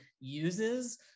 uses